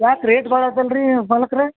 ಯಾಕೆ ರೇಟ್ ಬಾಳಾತಲ್ಲಾ ರೀ ಮಾಲಿಕ್ರೆ